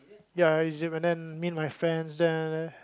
ya Egypt and then meet my friends there